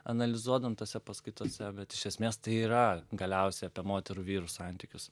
analizuodavom tose paskaitose bet iš esmės tai yra galiausiai apie moterų vyrų santykius